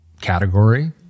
category